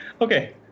okay